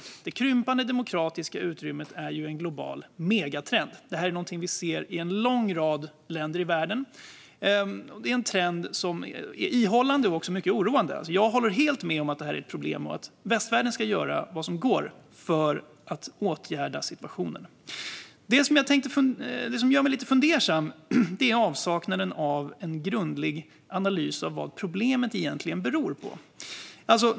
Det krympande demokratiska utrymmet är en global megatrend. Detta ser vi i en lång rad länder i världen. Denna trend är ihållande och också mycket oroande. Jag håller helt med om att detta är ett problem och att västvärlden ska göra vad som går för att åtgärda situationen. Det som gör mig lite fundersam är avsaknaden av en grundlig analys av vad problemet egentligen beror på.